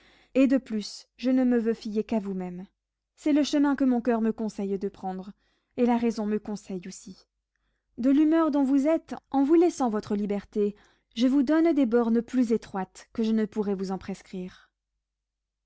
et de plus je ne me veux fier qu'à vous-même c'est le chemin que mon coeur me conseille de prendre et la raison me conseille aussi de l'humeur dont vous êtes en vous laissant votre liberté je vous donne des bornes plus étroites que je ne pourrais vous en prescrire